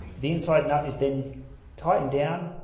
the inside nut is then tightened down